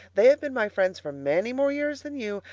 they have been my friends for many more years than you,